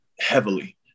heavily